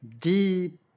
deep